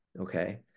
Okay